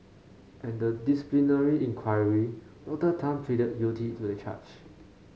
at the disciplinary inquiry Doctor Tan pleaded guilty to the charge